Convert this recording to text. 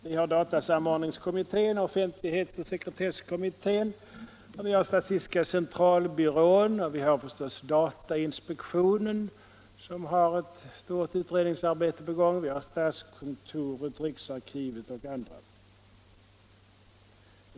Vi har datasamordningskommittén och offentlighetsoch sekretesslagstiftningskommittén. Vi har statistiska centralbyrån, och vi har förstås datain spektionen, som har ett stort utredningsarbete på gång. Vi har statskontoret, riksarkivet och andra.